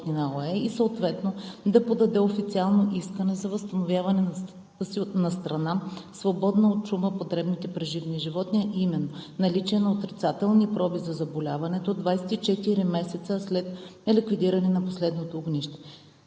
и съответно да подаде официално искане за възстановяване на статута си на „страна, свободна от чума по дребните преживни животни“, а именно наличие на отрицателни проби за заболяването 24 месеца след ликвидиране на последното огнище.